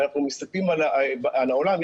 ואנחנו מסתכלים על העולם,